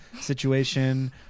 situation